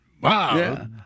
wow